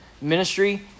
ministry